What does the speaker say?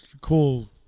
cool